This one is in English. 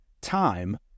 Time